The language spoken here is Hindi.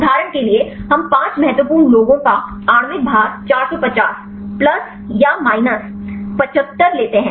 उदाहरण के लिए हम पाँच महत्वपूर्ण लोगों का आणविक भार 450 प्लस या माइनस 75 लेते हैं